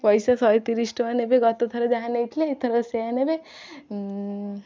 ପଇସା ଶହେ ତିରିଶ ଟଙ୍କା ନେବେ ଗତ ଥର ଯାହା ନେଇଥିଲେ ଏଥର ସେଇଆ ନେବେ